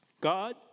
God